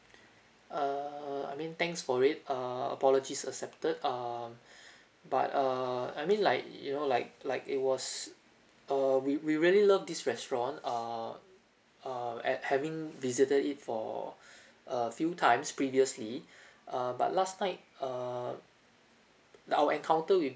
err I mean thanks for it err apologies accepted um but err I mean like you know like like it was uh we we really love this restaurant err uh at having visited it for a few times previously uh but last night err the our encounter with